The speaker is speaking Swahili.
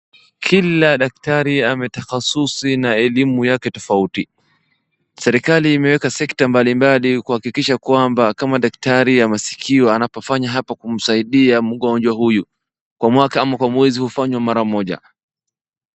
Kila daktari anatahasusi na elimu yake tofauti. Serikali imeeka sekta mbalimbali kuhakikisha kwamba kama daktari ya masikio anapofanya hapa kumsaidia mgonjwa huyu. Kwa mwaka ama kwa mwezi hufanywa mara moja.